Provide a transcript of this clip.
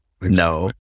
No